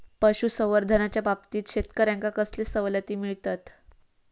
पशुसंवर्धनाच्याबाबतीत शेतकऱ्यांका कसले सवलती मिळतत?